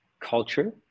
culture